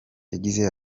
yagize